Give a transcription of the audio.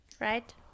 right